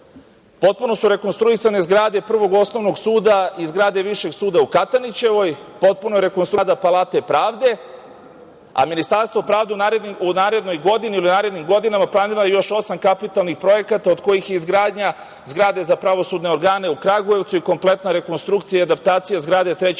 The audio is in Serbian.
Potpuno su rekonstruisane zgrade Prvog osnovnog suda i zgrade Višeg suda u Katanićevoj, potpuno rekonstruisana zgrada Palate pravde, a Ministarstvo pravde u narednoj godini ili u narednim godinama planiralo je još osam kapitalnih projekata od kojih je izgradnja zgrade za pravosudne organe u Kragujevcu i kompletna rekonstrukcija i adaptacija zgrade Trećeg osnovnog